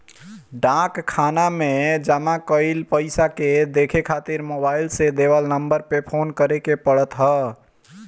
डाक खाना में जमा कईल पईसा के देखे खातिर मोबाईल से देवल नंबर पे फोन करे के पड़त ह